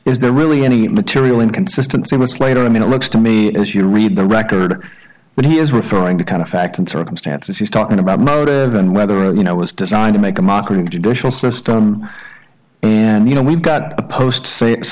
is there really any material inconsistency was later i mean it looks to me as you read the record but he is referring to kind of facts and circumstances he's talking about motive and whether a you know was designed to make a mockery of judicial system and you know we've got a post